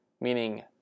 Meaning